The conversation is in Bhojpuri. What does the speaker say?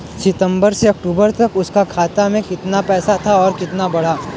सितंबर से अक्टूबर तक उसका खाता में कीतना पेसा था और कीतना बड़ा?